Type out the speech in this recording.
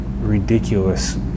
ridiculous